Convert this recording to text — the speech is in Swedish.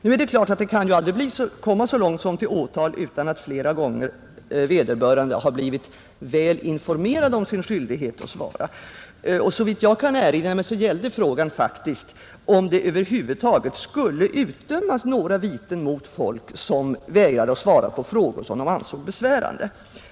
Nu är det klart att det kan ju aldrig komma så långt som till åtal utan att vederbörande flera gånger har blivit väl informerad om sin skyldighet att svara. Såvitt jag kan erinra mig gällde frågan faktiskt om det över huvud taget skulle utdömas några viten mot folk som vägrade att svara på frågor som de ansåg besvärande.